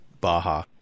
Baja